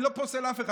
אני לא פוסל אף אחד,